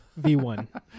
V1